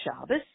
Shabbos